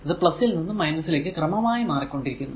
ഇത് ൽ നിന്നും ലേക്ക് ക്രമമായി മാറിക്കൊണ്ടിരിക്കുന്നു